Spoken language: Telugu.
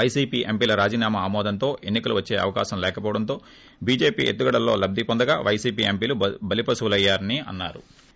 పైసీపీ ఎంపిల ్ రాజీనామా ఆమోదంతో ఎన్నీ కలు వచ్చే అవకాశం లేకపోవటంతొ బిజెపి ఎత్తుగడల్లో లబ్ది పొందగా వైసీపీ ఎంపీలు బలిపశువు లయ్యారని అన్నా రు